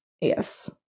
yes